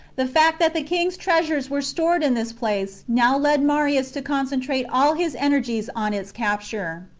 the fact that the king's treasures were stored in this place now led marius to concentrate all his energies on its capture.